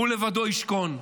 הוא לבדו ישכון.